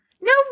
No